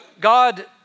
God